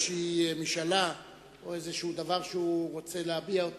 משאלה או דבר כלשהו שהוא רוצה להביע,